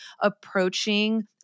approaching